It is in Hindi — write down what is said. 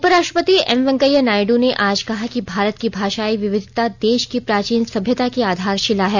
उपराष्ट्रपति एम वेंकैया नायड् ने आज कहा कि भारत की भाषायी विविधता देश की प्राचीन सभ्यता की आधारशिला है